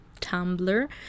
Tumblr